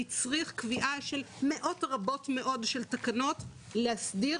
הצריך קביעה של מאות רבות מאוד של תקנות כדי להסדיר